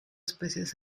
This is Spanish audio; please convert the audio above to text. especies